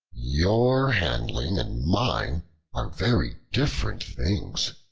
your handling and mine are very different things.